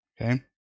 Okay